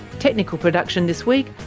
technical production this week,